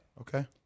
Okay